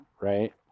right